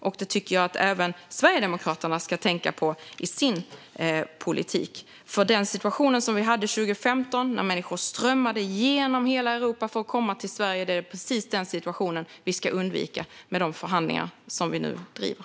Detta tycker jag att även Sverigedemokraterna ska tänka på i sin politik. Det är precis den situation vi hade 2015, när människor strömmade genom hela Europa för att komma till Sverige, som vi ska undvika genom de förhandlingar som vi nu driver.